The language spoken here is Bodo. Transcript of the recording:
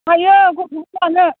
हायो गथ' बो बानो